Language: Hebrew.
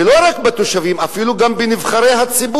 ולא רק בתושבים, אפילו גם בנבחרי הציבור.